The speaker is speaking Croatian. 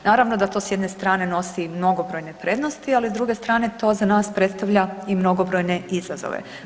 Naravno da to s jedne strane nosi mnogobrojne prednosti, ali s druge strane to za nas predstavlja i mnogobrojne izazove.